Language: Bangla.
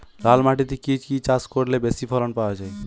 লাল মাটিতে কি কি চাষ করলে বেশি ফলন পাওয়া যায়?